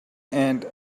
and